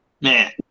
Man